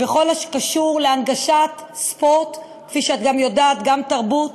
בכל הקשור להנגשת ספורט, וכפי שאת יודעת גם תרבות,